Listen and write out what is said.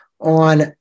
on